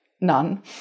none